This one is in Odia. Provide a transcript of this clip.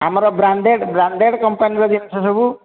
ଆମର ବ୍ରାଣ୍ଡେଡ୍ ବ୍ରାଣ୍ଡେଡ୍ କମ୍ପାନିର ଜିନିଷ ସବୁ